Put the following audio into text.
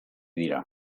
dira